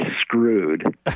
screwed